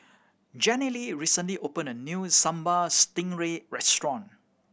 Jenilee recently opened a new Sambal Stingray restaurant